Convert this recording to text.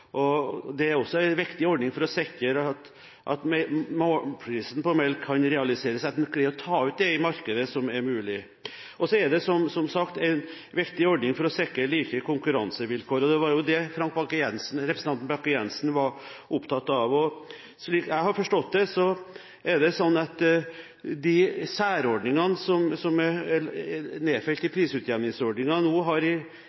melken. Det er også en viktig ordning for sikre at prisen på melk kan realiseres – at man greier å ta ut i markedet det som er mulig. Så er det som sagt en viktig ordning for å sikre like konkurransevilkår. Det er det representanten Frank Bakke-Jensen var opptatt av. Slik jeg har forstått det, innebærer de særordningene som er nedfelt i prisutjevningsordningen, at i årene 2004–2011 har